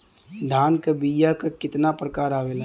धान क बीया क कितना प्रकार आवेला?